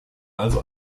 also